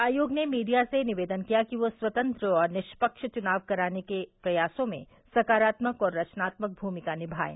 आयोग ने मीडिया से निवेदन किया कि यो स्वतंत्र और निष्पक्ष चुनाव करवाने के प्रयासों में सकारात्मक और रचनात्मक भूमिका निभाएं